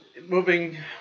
moving